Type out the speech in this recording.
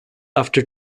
after